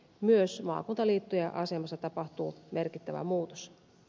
myös maakuntaliittojen asemassa tapahtuu merkittävä muutos